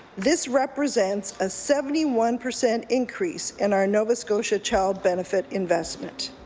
this represents a seventy one percent increase in our nova scotia child benefit investment.